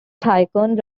tycoon